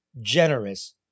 Generous